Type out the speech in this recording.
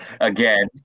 again